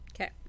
Okay